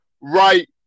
right